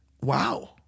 wow